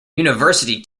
university